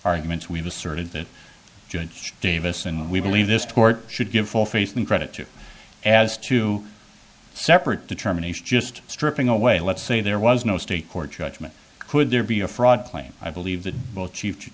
arguments we have asserted that judge davis and we believe this court should give full faith and credit to as two separate determination just stripping away let's say there was no state court judgment could there be a fraud claim i believe that both chief